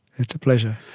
it's a pleasure.